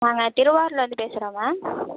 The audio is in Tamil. நாங்கள் திருவாரூர்லேருந்து பேசுகிறோம் மேம்